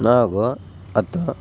ಹಾಗು ಹತ್ತು